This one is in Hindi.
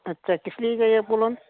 अच्छा किस लिए चाहिए आपको लोन